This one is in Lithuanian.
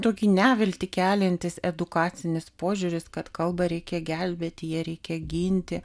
tokį neviltį keliantis edukacinis požiūris kad kalbą reikia gelbėti ją reikia ginti